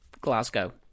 Glasgow